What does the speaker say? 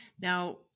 now